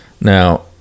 Now